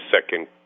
second